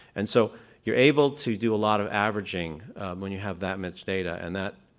and so you're able to do a lot of averaging when you have that much data, and that,